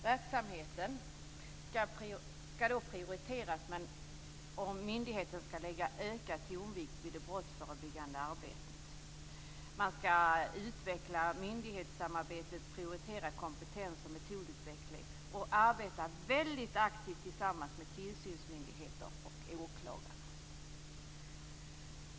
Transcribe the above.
Verksamheten ska då prioriteras och myndigheten ska lägga ökad tonvikt vid det brottsförebyggande arbetet. Man ska utveckla myndighetssamarbetet, prioritera kompetens och metodutveckling och arbeta väldigt aktivt tillsammans med tillsynsmyndigheter och åklagare.